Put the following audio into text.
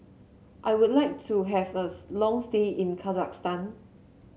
I would like to have a long stay in Kazakhstan